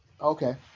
Okay